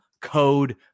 code